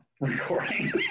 recording